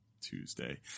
Tuesday